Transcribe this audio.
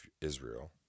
Israel